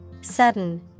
Sudden